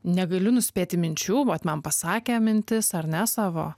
negaliu nuspėti minčių bet man pasakė mintis ar ne savo